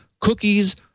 cookies